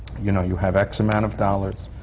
you know, you have x amount of dollars.